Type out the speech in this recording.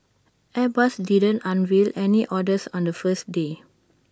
airbus didn't unveil any orders on the first day